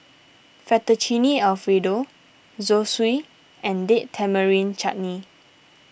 Fettuccine Alfredo Zosui and Date Tamarind Chutney